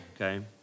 Okay